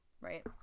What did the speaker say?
right